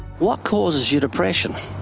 what causes your depression?